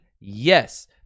Yes